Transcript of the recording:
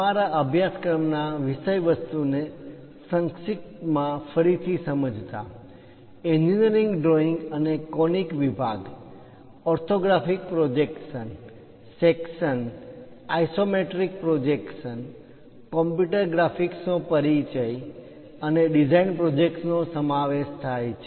અમારા અભ્યાસક્રમના વિષયવસ્તુને સંક્ષિપ્તમાં ફરીથી સમજતા એન્જિનિયરિંગ ડ્રોઈંગ અને કોનિક વિભાગ orthographic projection section isometric projection computer graphics નો પરિચય અને ડિઝાઇન પ્રોજેક્ટ નો સમાવેશ થાય છે